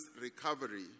recovery